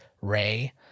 ray